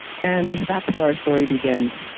and that's where our story begins.